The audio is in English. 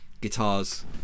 guitars